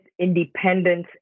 independence